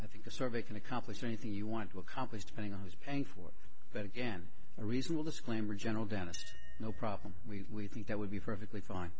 i think a survey can accomplish anything you want to accomplish depending on who's paying for it but again a reasonable disclaimer general dentist no problem we think that would be perfectly